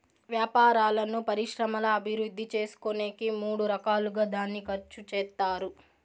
వ్యాపారాలను పరిశ్రమల అభివృద్ధి చేసుకునేకి మూడు రకాలుగా దాన్ని ఖర్చు చేత్తారు